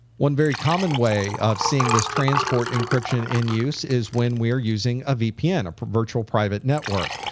one very common way of seeing this transport encryption in use is when we're using a vpn, a virtual private network.